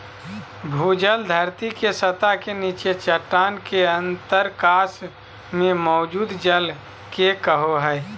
भूजल धरती के सतह के नीचे चट्टान के अंतरकाश में मौजूद जल के कहो हइ